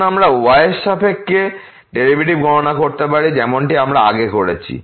এখন আমরা y এর সাপেক্ষে ডেরিভেটিভ গণনা করতে পারি যেমনটি আমরা আগে করেছি